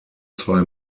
zwei